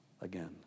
again